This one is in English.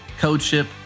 CodeShip